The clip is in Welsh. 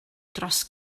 dros